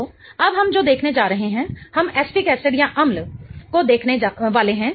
तो अब हम जो देखने जा रहे हैं हम एसिटिक एसिडअम्ल को देखने वाले है